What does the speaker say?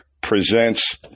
presents